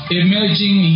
emerging